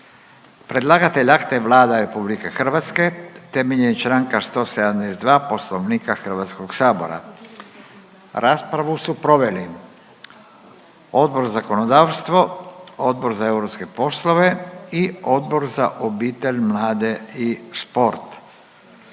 Predlagatelj akta je Vlada RH temeljem čl. 172. Poslovnika HS. Raspravu su proveli Odbor za zakonodavstvo, Odbor za europske poslove i Odbor za obitelj, mlade i sport.